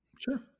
Sure